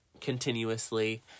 continuously